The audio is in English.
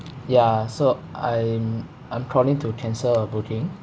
ya so I'm I'm calling to cancel a booking